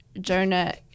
Jonah